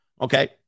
Okay